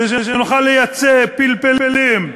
כדי שנוכל לייצא פלפלים,